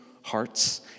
hearts